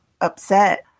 upset